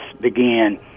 began